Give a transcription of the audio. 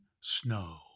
snow